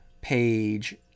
page